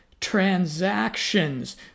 transactions